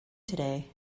today